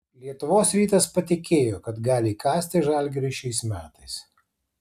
lietuvos rytas patikėjo kad gali įkasti žalgiriui šiais metais